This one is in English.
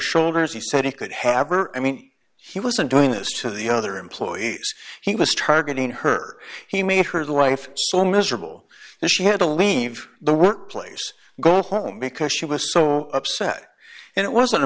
shoulders he said he could have her i mean he wasn't doing this to the other employees he was targeting her he made her life so miserable that she had to leave the workplace go home because she was so upset and it wasn't a